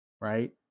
Right